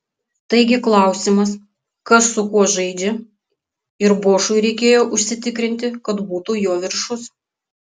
taigi klausimas kas su kuo žaidžia ir bošui reikėjo užsitikrinti kad būtų jo viršus